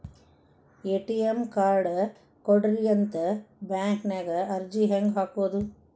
ATM card ಕೊಡ್ರಿ ಅಂತ bank ನ್ಯಾಗ ಅರ್ಜಿ ಹೆಂಗ ಹಾಕೋದು?